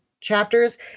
chapters